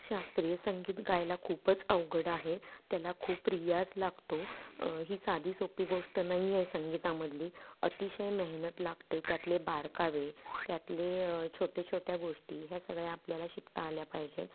शास्त्रीय संगीत गायला खूपच अवघड आहे त्याला खूप रियाज लागतो ही साधी सोपी गोष्ट नाही आहे संगीतामधली अतिशय मेहनत लागते त्यातले बारकावे त्यातले छोट्या छोट्या गोष्टी ह्या सगळ्या आपल्याला शिकता आल्या पाहिजेत